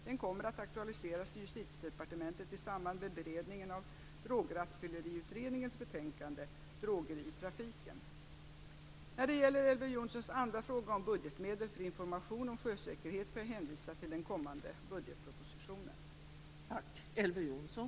Den kommer att aktualiseras i Justitiedepartementet i samband med beredningen av Drograttfylleriutredningens betänkande Droger i trafiken. När det gäller Elver Jonssons andra fråga om budgetmedel för information om sjösäkerhet får jag hänvisa till den kommande budgetpropositionen.